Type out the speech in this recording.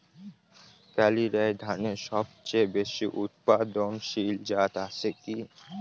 কালিরাই ধানের সবচেয়ে বেশি উৎপাদনশীল জাত আছে কি?